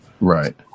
Right